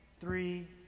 three